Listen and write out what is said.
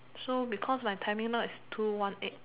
so because my timing now is two one eight